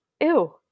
Ew